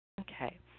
Okay